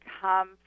come